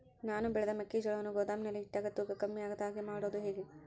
ನಾನು ಬೆಳೆದ ಮೆಕ್ಕಿಜೋಳವನ್ನು ಗೋದಾಮಿನಲ್ಲಿ ಇಟ್ಟಾಗ ತೂಕ ಕಮ್ಮಿ ಆಗದ ಹಾಗೆ ಮಾಡೋದು ಹೇಗೆ?